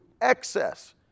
excess